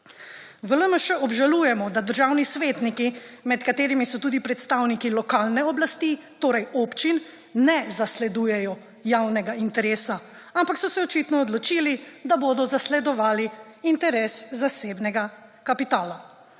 V LMŠ obžalujemo, da državni svetniki, med katerimi so tudi predstavniki lokalne oblasti, torej občin, ne zasledujejo javnega interesa, ampak so se očitno odločili, da bodo zasledovali interes zasebnega kapitala.